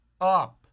up